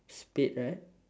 spade right